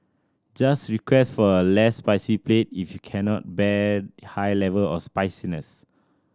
just request for a less spicy plate if you cannot bear high level of spiciness